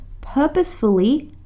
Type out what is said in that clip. purposefully